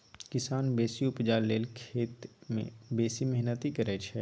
किसान बेसी उपजा लेल खेत मे बेसी मेहनति करय छै